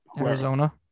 Arizona